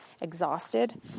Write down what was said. exhausted